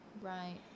Right